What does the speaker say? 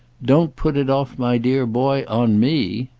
don't put it off, my dear boy, on me!